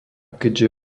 keďže